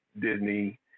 Disney